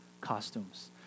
costumes